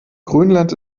grönland